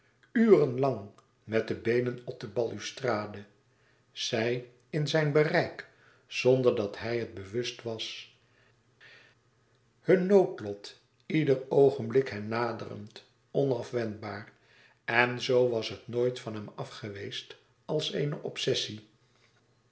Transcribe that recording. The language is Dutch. lang met de beenen op de balustrade zij in zijn bereik zonder dat hij het bewust was hun noodlot ieder oogenblik hen naderend onafwendbaar en zoo was het nooit van hem af geweest als eene obsessie